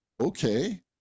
okay